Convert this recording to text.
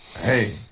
Hey